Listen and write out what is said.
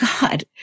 God